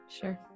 sure